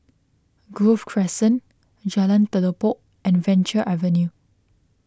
Grove Crescent Jalan Telipok and Venture Avenue